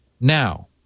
Now